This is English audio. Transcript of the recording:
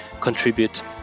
contribute